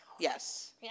Yes